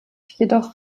jedoch